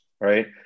right